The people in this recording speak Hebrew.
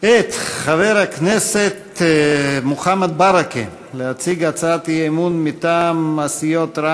את חבר הכנסת מוחמד ברכה להציג הצעת אי-אמון מטעם הסיעות חד"ש,